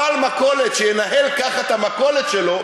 בעל מכולת שינהל ככה את המכולת שלו,